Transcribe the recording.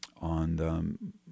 on